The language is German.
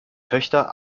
töchter